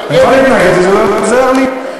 אני יכול להתנגד, אבל זה לא עוזר לי.